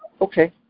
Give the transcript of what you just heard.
okay